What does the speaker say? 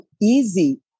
easy